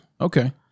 Okay